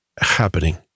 happening